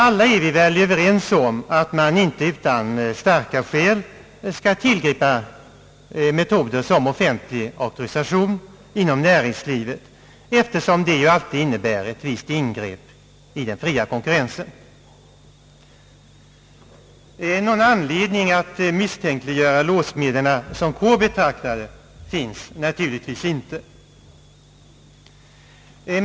Alla är vi väl överens om att man inte utan starka skäl skall tillgripa metoder som offentlig auktorisation inom näringslivet, eftersom det ju alltid in nebär ett visst ingrepp i den fria konkurrensen. Någon anledning att misstänkliggöra låssmederna som kår betraktade finns naturligtvis inte heller.